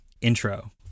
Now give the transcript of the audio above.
intro